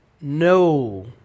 No